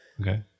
Okay